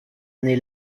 année